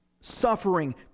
suffering